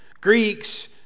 Greeks